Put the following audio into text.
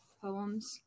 poems